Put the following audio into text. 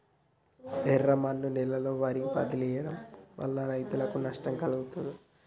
ఎర్రమన్ను నేలలో వరి వదిలివేయడం వల్ల రైతులకు నష్టం కలుగుతదా?